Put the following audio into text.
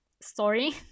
story